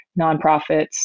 nonprofits